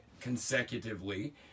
consecutively